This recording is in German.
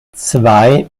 zwei